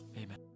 Amen